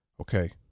okay